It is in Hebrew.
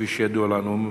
כפי שידוע לנו,